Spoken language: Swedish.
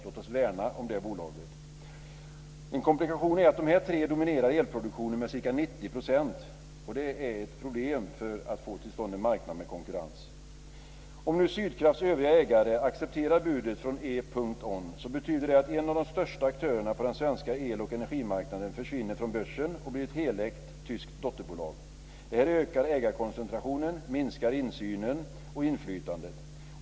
Låt oss värna om det bolaget! En komplikation är att de här tre dominerar elproduktionen med ca 90 %, och det är ett problem när det gäller att få till stånd en marknad med konkurrens. E.ON betyder det att en av de största aktörerna på den svenska el och energimarknaden försvinner från börsen och blir ett helägt tyskt dotterbolag. Det här ökar ägarkoncentrationen, minskar insynen och inflytandet.